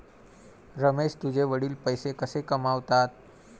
रमेश तुझे वडील पैसे कसे कमावतात?